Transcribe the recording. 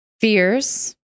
Fears